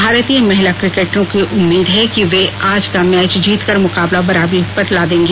भारतीय महिला क्रिकेटरों को उम्मीद है कि ये आज का मैच जीतकर मुकाबला बराबरी पर ला देंगी